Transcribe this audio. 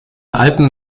alpen